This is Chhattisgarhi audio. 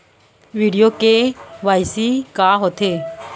वीडियो के.वाई.सी का होथे